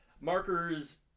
Markers